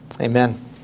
Amen